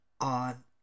on